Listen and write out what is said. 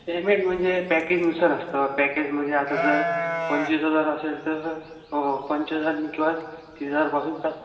payment म्हणजे पॅकेजनुसार असतं पॅकेज म्हणजे आता जर पंचवीस हजार असेल तर हो पंचवीसाने किंवा तीस हजारपासून चाल